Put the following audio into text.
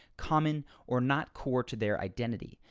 common or not core to their identity.